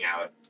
out